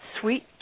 sweet